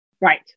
Right